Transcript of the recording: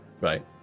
right